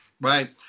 Right